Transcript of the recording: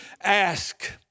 ask